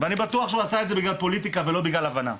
אני בטוח שזה נעשה בגלל פוליטיקה ולא בגלל איזו הבנה.